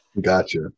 gotcha